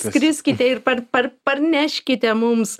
skriskite ir par par parneškite mums